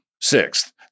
Sixth